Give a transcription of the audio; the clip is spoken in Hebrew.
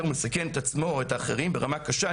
ומסכן את עצמו או את האחרים ברמה קשה,